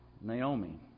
Naomi